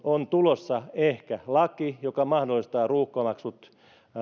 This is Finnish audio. on ehkä tulossa laki joka mahdollistaa ruuhkamaksut